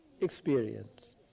experience